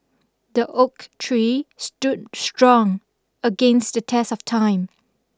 the oak tree stood strong against the test of time